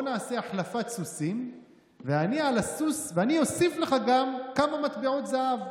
בוא נעשה החלפות סוסים ואני אוסיף לך גם כמה מטבעות זהב,